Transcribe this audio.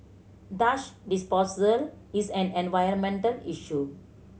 dash disposal is an environmental issue